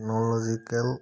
technological